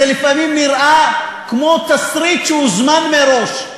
זה לפעמים נראה כמו תסריט שהוזמן מראש.